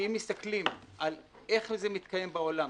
שאם מסתכלים על איך זה מתקיים בעולם,